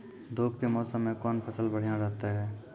धूप के मौसम मे कौन फसल बढ़िया रहतै हैं?